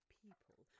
people